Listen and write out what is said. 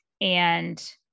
And-